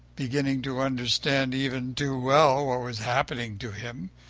beginning to understand even too well what was happening to him.